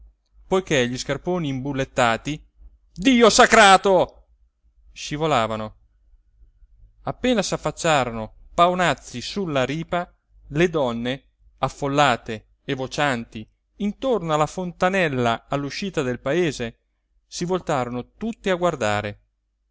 poiché gli scarponi imbullettati dio sacrato scivolavano appena s'affacciarono paonazzi sulla ripa le donne affollate e vocianti intorno alla fontanella all'uscita del paese si voltarono tutte a guardare